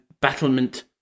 battlement